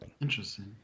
Interesting